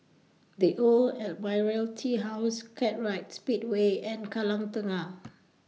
The Old Admiralty House Kartright Speedway and Kallang Tengah